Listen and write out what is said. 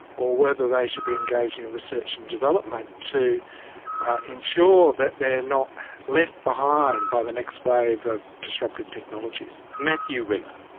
or whether they should be engaging in research and development to be ensure that they are not left behind by the next wave of disruptive technologies. matthew rimmer.